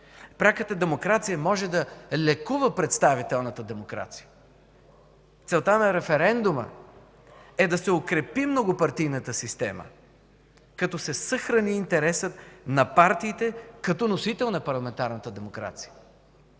Пряката демокрация може да лекува представителната демокрация. Целта на референдума е да се укрепи многопартийната система, като се съхрани интересът на партиите като носител на парламентарната демокрация.